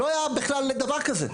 אצלי לא היה בכלל דבר כזה.